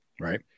right